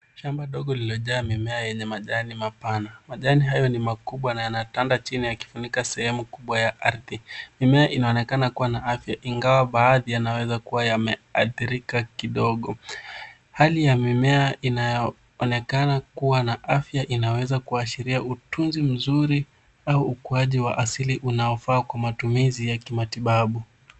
Shamba ndogo lililojaa mimea yenye majani mapana. Majani hayo ni makubwa na yanatanda chini yakifunika sehemu kubwa ya ardhi. Mimea inaonekana kuwa na afya ingawa baadhi yanaweza kuwa yameathirika kidogo. Hali ya mimea inayoonekana kuwa na afya inaweza kuashiria utunzi mzuri au ukuaji wa asili unaofaa kwa matumizi ya kimatibabu.